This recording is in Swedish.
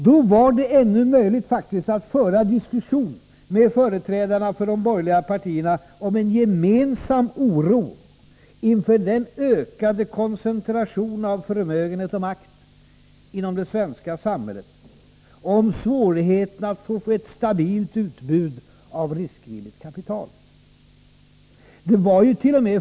Då var det faktiskt ännu möjligt att föra diskussion med företrädarna för de borgerliga partierna om en gemensam oro inför den ökade koncentrationen av förmögenhet och makt inom det svenska samhället och om svårigheten att få ett stabilt utbud av riskvilligt kapital. Det var jut.o.m.